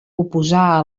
oposar